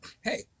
hey